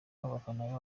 abafana